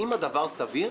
האם הדבר סביר?